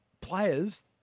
players